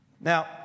Now